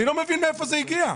אני לא מבין מאיפה זה הגיע.